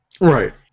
Right